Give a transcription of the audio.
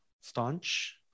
staunch